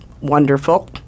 wonderful